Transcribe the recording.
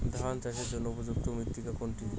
ধান চাষের জন্য উপযুক্ত মৃত্তিকা কোনটি?